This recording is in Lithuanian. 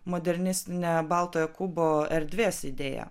modernistine baltojo kubo erdvės idėja